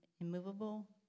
Immovable